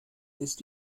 ist